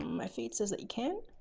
my feed says that you can,